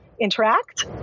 interact